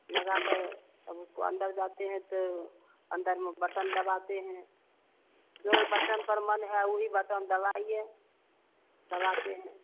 लगाकर तब उसको अन्दर जाते हैं तो अन्दर में बटन दबाते हैं जो बटन पर मन है उसी बटन दबाइए दबाते हैं